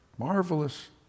Marvelous